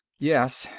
yes.